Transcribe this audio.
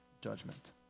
judgment